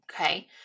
Okay